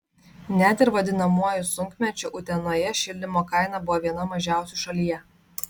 net ir vadinamuoju sunkmečiu utenoje šildymo kaina buvo viena mažiausių šalyje